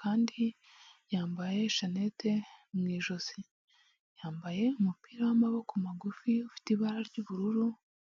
kandi yambaye sheneti mu ijosi, yambaye umupira w'amaboko magufi ufite ibara ry'ubururu.